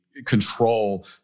control